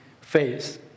face